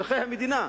אזרחי המדינה,